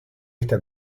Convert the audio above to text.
esta